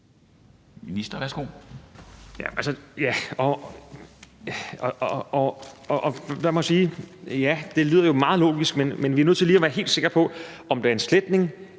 Sundhedsministeren (Magnus Heunicke): Ja, det lyder jo meget logisk, men vi er nødt til lige at være helt sikre på, om det er en sletning,